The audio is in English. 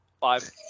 Five